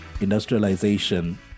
industrialization